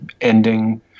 ending